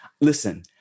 listen